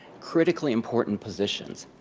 critically important positions.